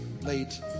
late